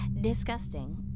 Disgusting